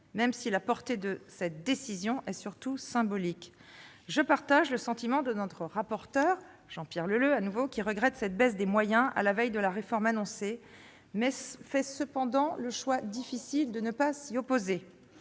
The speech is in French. même si la portée de cette décision est surtout symbolique. Je partage le sentiment de notre rapporteur Jean-Pierre Leleux, qui regrette cette baisse des moyens à la veille de la réforme annoncée, mais qui fait toutefois le choix difficile de ne pas s'y opposer.